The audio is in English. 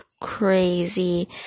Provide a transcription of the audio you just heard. crazy